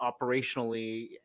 operationally